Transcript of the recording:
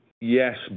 yes